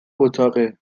اتاقه